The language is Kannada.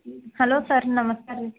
ಹಲೋ ಸರ್ ನಮಸ್ತೆ ರೀ